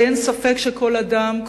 הרי אין ספק שכל אדם,